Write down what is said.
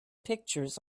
pictures